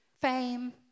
fame